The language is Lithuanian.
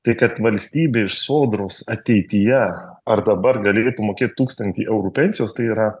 tai kad valstybė iš sodros ateityje ar dabar galėtų mokėti tūkstantį eurų pensijos tai yra